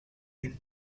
win